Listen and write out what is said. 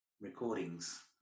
recordings